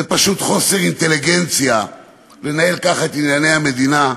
זה פשוט חוסר אינטליגנציה לנהל ככה את ענייני המדינה,